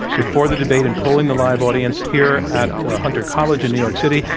before the debate in polling the live audience here at hunter college in new york city,